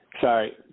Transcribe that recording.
Sorry